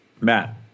Matt